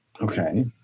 Okay